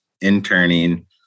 interning